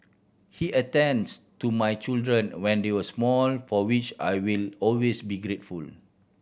he attends to my children when they were small for which I will always be grateful